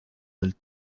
del